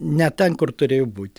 ne ten kur turėjo būt